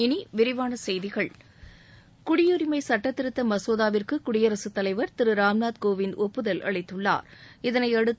இனி விரிவான செய்திகள் குடியுரிமை சட்டத்திருத்த மசோதாவிற்கு குடியரசுத் தலைவர் திரு ராம்நாத் கோவிந்த் ஒப்புதல் இதனையடுத்து